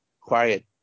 quiet